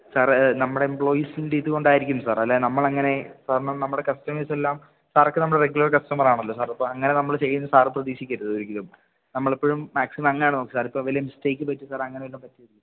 സാറെ നമ്മുടെ എംപ്ലോയിസിൻ്റെ ഇത് കൊണ്ടായിരിക്കും സാർ അല്ലാതെ നമ്മളങ്ങനെ സാറിന് നമ്മുടെ കസ്റ്റമേഴ്സെല്ലാം സാറൊക്കെ നമ്മുടെ റെഗുലർ കസ്റ്റമറാണല്ലോ സാര് അപ്പോളങ്ങനെ നമ്മള് ചെയ്യുമെന്ന് സാര് പ്രതീക്ഷിക്കരുത് ഒരിക്കലും നമ്മളെപ്പോഴും മാക്സിമം അങ്ങനെയാണ് നോക്കുന്നത് സാറിപ്പോള് ഒരു മിസ്റ്റേക്ക് പറ്റി അങ്ങനെ വല്ലതും പറ്റിയതായിരിക്കും സാർ